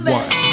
one